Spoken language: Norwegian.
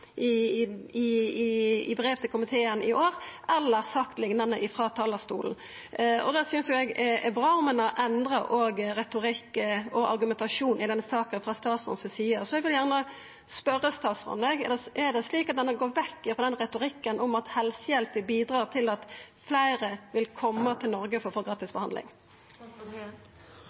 har verken skrive det i brev til komiteen i år eller sagt liknande frå talarstolen. Eg synest det er bra om ein frå statsrådens side òg har endra retorikk og argumentasjon i denne saka. Eg vil gjerne spørja statsråden: Er det slik at han har gått bort frå retorikken om at helsehjelp vil bidra til at fleire vil koma til Noreg for å få